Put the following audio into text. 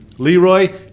Leroy